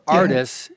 artists